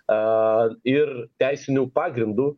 a ir teisiniu pagrindu